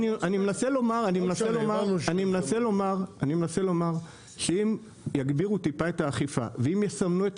אני מנסה לומר שאם יגבירו טיפה את האכיפה ואם יסמנו את